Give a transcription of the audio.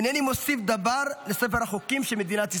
אינני מוסיף דבר לספר החוקים של מדינת ישראל.